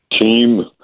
team